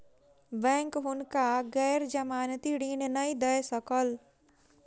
bank हुनका गैर जमानती ऋण नै दय सकल